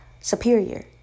superior